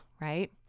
right